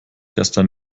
gestern